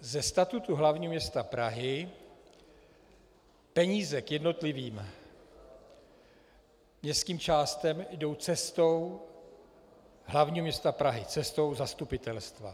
Ze statutu hlavního města Prahy peníze k jednotlivým městským částem jdou cestou hlavního města Prahy, cestou zastupitelstva.